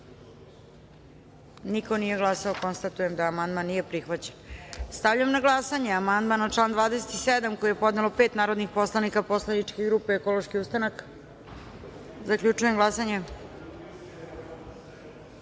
Niko nije glasao. Konstatujem da amandman nije prihvaćen. Stavljam na glasanje amandman na član 24. koji je podelo devet narodnih poslanika Poslaničke grupe Srbija centar SRCE.Zaključujem glasanje: